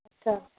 अच्छा